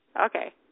Okay